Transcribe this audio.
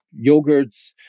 yogurts